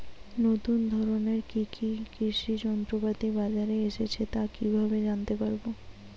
নতুন ধরনের কি কি কৃষি যন্ত্রপাতি বাজারে এসেছে তা কিভাবে জানতেপারব?